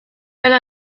elle